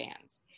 fans